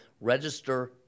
register